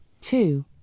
two